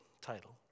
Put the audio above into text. title